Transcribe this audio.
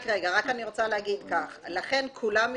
רק אני רוצה להגיד כך, לכן כולם יודעים,